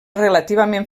relativament